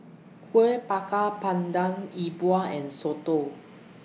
Kuih Bakar Pandan Yi Bua and Soto